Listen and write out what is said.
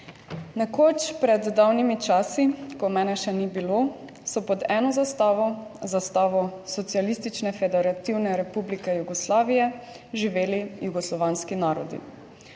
Nekoč, pred davnimi časi, ko mene še ni bilo, so pod eno zastavo, zastavo Socialistične federativne republike Jugoslavije, živeli jugoslovanski narodi.